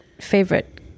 favorite